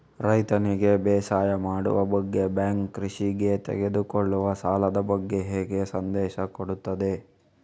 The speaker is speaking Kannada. ರೈತನಿಗೆ ಬೇಸಾಯ ಮಾಡುವ ಬಗ್ಗೆ ಬ್ಯಾಂಕ್ ಕೃಷಿಗೆ ತೆಗೆದುಕೊಳ್ಳುವ ಸಾಲದ ಬಗ್ಗೆ ಹೇಗೆ ಸಂದೇಶ ಕೊಡುತ್ತದೆ?